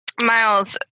miles